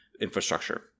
infrastructure